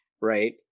right